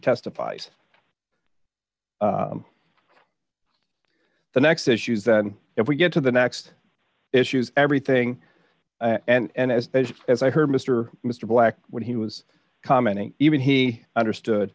testifies the next issues if we get to the next issues everything and as best as i heard mr mr black when he was commenting even he understood